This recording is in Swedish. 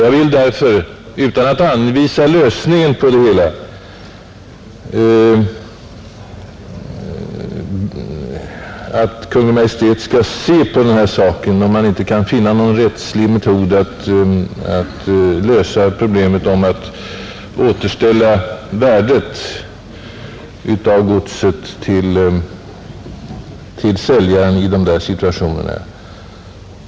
Jag skulle därför utan att anvisa någon lösning vilja framföra önskemålet att Kungl. Maj:t skall undersöka frågan om man inte kan finna någon rättslig metod att lösa problemet att återställa värdet av godset till säljaren i åsyftade situationer.